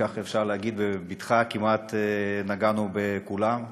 כך אפשר להגיד בבטחה שכמעט נגענו בכולם,